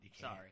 Sorry